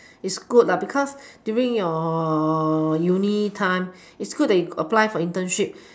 is good because during your uni time it's good that you apply for internship